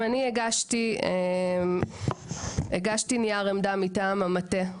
אני הגשתי נייר עמדה מטעם המטה,